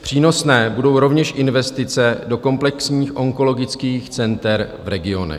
Přínosné budou rovněž investice do komplexních onkologických center v regionech.